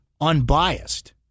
unbiased